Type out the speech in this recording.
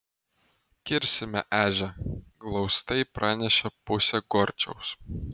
kirsime ežią glaustai pranešė pusė gorčiaus